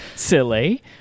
Silly